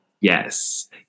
Yes